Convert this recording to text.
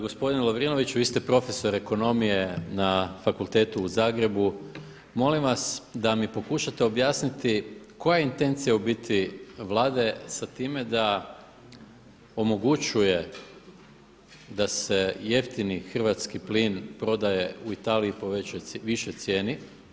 Gospodine Lovrinović, vi ste profesor ekonomije na Fakultetu u Zagrebu, molim vas da mi pokušate objasniti koja je intencija u biti Vlade sa time da omogućuje da se jeftini hrvatski plin prodaje u Italiji po višoj cijeni.